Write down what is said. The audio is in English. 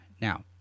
Now